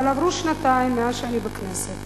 אבל עברו שנתיים מאז שאני בכנסת